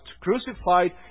crucified